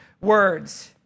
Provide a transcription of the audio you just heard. words